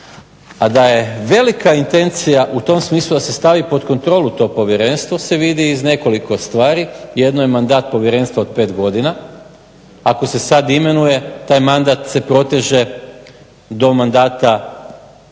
A da je velika intencija u tom smislu da se stavi pod kontrolu to povjerenstvo se vidi iz nekoliko stvari, jedno je mandat povjerenstva od pet godina. Ako se sad imenuje taj mandat se proteže do mandata ne